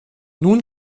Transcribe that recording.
nun